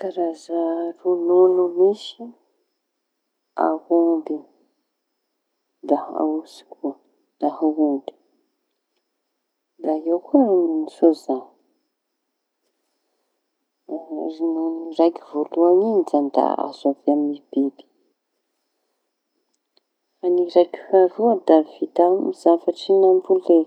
Ny karazaña roñono misy: aomby da aosy koa da aondry eo koa roñono soza,. Da roñono raiky voalohañy da azo avy amin'ny biby fa ny raiky faharoa da vita amin'ny zavatry nambolea.